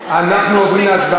אין מספיק